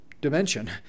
dimension